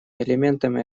элементами